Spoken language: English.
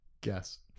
guess